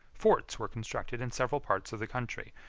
forts were constructed in several parts of the country,